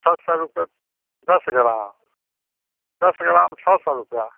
छः सौ रुपये दस ग्राम दस ग्राम छः सौ रुपया